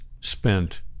spent